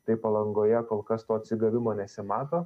tai palangoje kol kas to atsigavimo nesimato